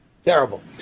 Terrible